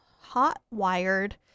hot-wired